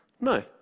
No